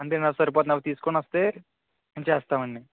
అంతే అండి అవి సరిపోతాయి అవి తీసుకుని వస్తే ఫిల్ చేస్తామండి